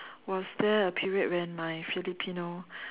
was there a period when my Filipino